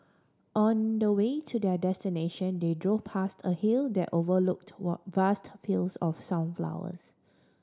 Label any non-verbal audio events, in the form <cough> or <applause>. on the way to their destination they drove past a hill that overlooked <unintelligible> vast fields of sunflowers